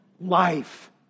life